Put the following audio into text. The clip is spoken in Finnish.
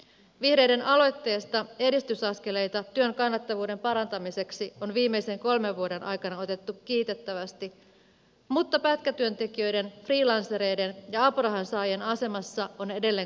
vihreiden aloitteesta edistysaskeleita työn kannattavuuden parantamiseksi on viimeisen kolmen vuoden aikana otettu kiitettävästi mutta pätkätyöntekijöiden freelancereiden ja apurahan saajien asemassa on edelleen korjattavaa